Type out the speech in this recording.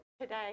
today